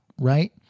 right